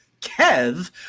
kev